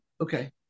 Okay